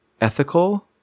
ethical